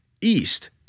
east